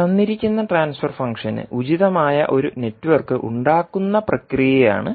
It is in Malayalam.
തന്നിരിക്കുന്ന ട്രാൻസ്ഫർ ഫംഗ്ഷന് ഉചിതമായ ഒരു നെറ്റ്വർക്ക് ഉണ്ടാക്കുന്ന പ്രക്രിയയാണ്